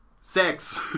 sex